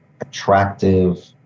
attractive